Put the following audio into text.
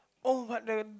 oh but then